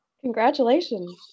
Congratulations